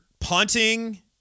punting